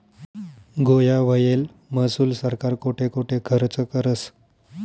गोया व्हयेल महसूल सरकार कोठे कोठे खरचं करस?